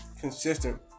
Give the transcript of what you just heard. consistent